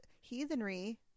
heathenry